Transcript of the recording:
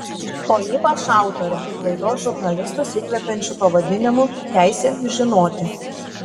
o ypač autorė laidos žurnalistus įkvepiančiu pavadinimu teisė žinoti